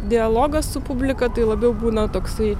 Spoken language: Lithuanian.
dialogas su publika tai labiau būna toksai